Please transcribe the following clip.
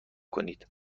کنید